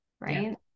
right